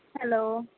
hello